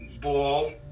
ball